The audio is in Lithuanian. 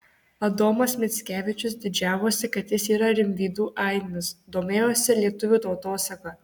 adomas mickevičius didžiavosi kad jis yra rimvydų ainis domėjosi lietuvių tautosaka